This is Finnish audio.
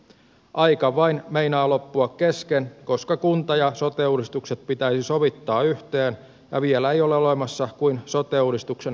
aika vain meinaa loppua kesken koska kunta ja sote uudistukset pitäisi sovittaa yhteen ja vielä ei ole olemassa kuin sote uudistuksen raakile